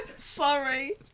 sorry